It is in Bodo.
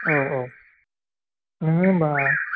औ औ नोङो होमब्ला